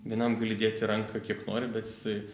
vienam gali dėti ranką kiek nori bet jisai